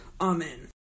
Amen